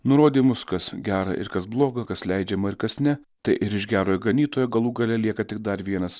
nurodymus kas gera ir kas bloga kas leidžiama ir kas ne tai ir iš gerojo ganytojo galų gale lieka tik dar vienas